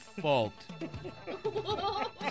fault